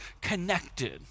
connected